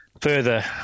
further